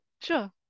Sure